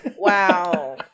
Wow